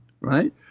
right